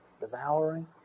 devouring